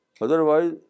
Otherwise